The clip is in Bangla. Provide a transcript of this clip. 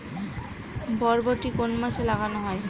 বরবটি কোন মাসে লাগানো হয়?